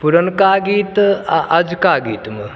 पुरनका गीत आ अजुका गीतमे